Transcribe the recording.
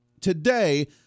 today